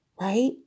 right